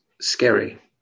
scary